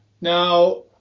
Now